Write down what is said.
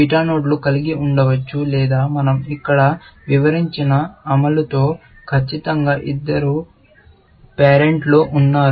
beta నోడ్లు కలిగి ఉండవచ్చు లేదా మనం ఇక్కడ వివరించిన అమలులో ఖచ్చితంగా ఇద్దరు పేరెంట్స్ ఉన్నారు